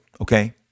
okay